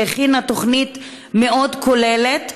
שהכינה תוכנית מאוד כוללת,